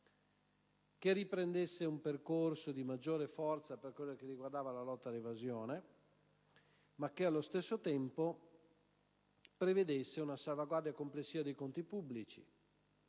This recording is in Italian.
che riprendesse un percorso di maggiore forza nei confronti della lotta all'evasione, ma che, allo stesso tempo, prevedesse una salvaguardia complessiva dei conti pubblici.